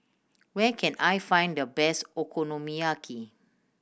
where can I find the best Okonomiyaki